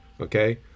Okay